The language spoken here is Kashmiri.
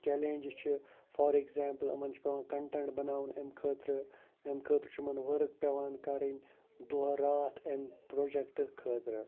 چیلینٛجِز چھِ فار ایٚگزامپٕل یِمَن چھُ پٮ۪وان کَنٹیٚنٛٹ بَناوُن اَمہِ خٲطرٕ اَمہِ خٲطرٕ چھِ یِمَن ؤرٕک پٮ۪وان کَرٕنۍ دۄہ راتھ اَمہِ پروجَکٹ خٲطرٕ